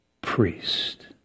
Priest